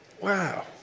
Wow